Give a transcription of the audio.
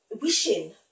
wishing